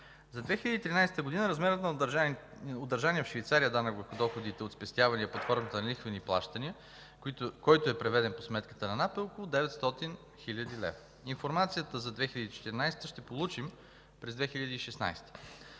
За 2013 г. размерът на удържания в Швейцария данък върху доходите от спестявания под формата на лихвени плащания, който е преведен по сметката на НАП, е около 900 хил. лв. Информацията за 2014 г. ще получим през 2016 г.